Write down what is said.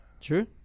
true